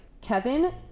kevin